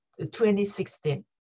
2016